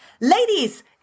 Ladies